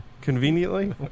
Conveniently